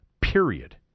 Period